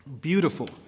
Beautiful